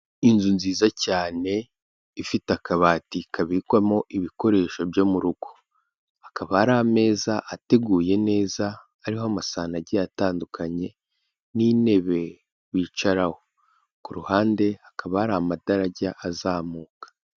Inzu nziza cyane ifite akabati kabikwamo ibikoresho byo mu rugo. Akaba ari ameza ateguye neza, ariho amasahani agiye atandukanye n'intebe bicaraho. Ku ruhande hakaba hari amatara agiye azamuka.